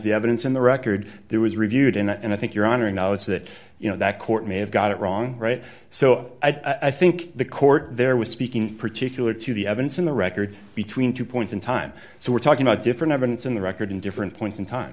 the evidence in the record there was reviewed in it and i think you're honoring now is that you know that court may have got it wrong right so i think the court there was speaking in particular to the evidence in the record between two points in time so we're talking about different evidence in the record in different points in time